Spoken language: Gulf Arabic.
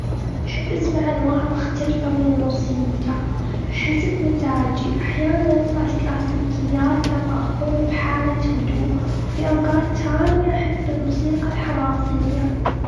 أحب أسمع أنواع مختلفة من الموسيقى، حسب مزاجي. أحياناً أسمع الكلاسيكيات لما أكون بحالة هدوء. وفي أوقات ثانية، أحب الموسيقى الحماسية.